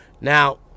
Now